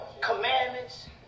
commandments